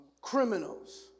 criminals